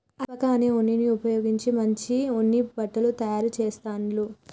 alpaca అనే ఉన్నిని ఉపయోగించి మంచి ఉన్ని బట్టలు తాయారు చెస్తాండ్లు